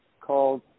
called